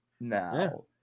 now